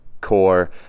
core